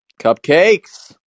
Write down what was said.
Cupcakes